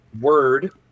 word